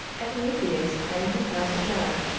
epimetheus had in his house a jar,